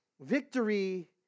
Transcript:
victory